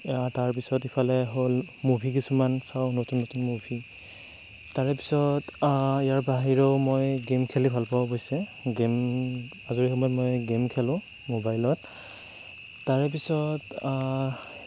তাৰপিছত ইফালে হ'ল মুভি কিছুমান চাওঁ নতুন নতুন মুভি তাৰেপিছত ইয়াৰ বাহিৰেও মই গেম খেলি ভাল পাওঁ অৱশ্যে গেম আজৰি সময়ত মই গেম খেলোঁ মোবাইলত তাৰে পিছত